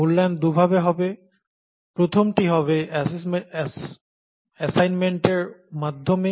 মূল্যায়ন দুভাবে হবে প্রথমটি হবে অ্যাসাইনমেন্টের মাধ্যমে